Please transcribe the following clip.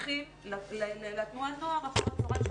ממשיכים לתנועת הנוער אחר הצוהריים.